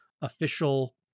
official